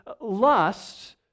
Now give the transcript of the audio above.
lust